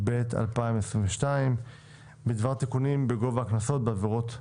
התשפ"ב-2022 בדבר תיקונים בגובה הקנסות בעבירות תנועה.